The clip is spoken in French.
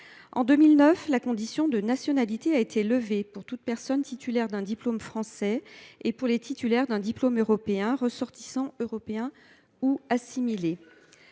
En 2009, la condition de nationalité a été levée pour toute personne titulaire d’un diplôme français et pour les titulaires d’un diplôme européen eux mêmes ressortissants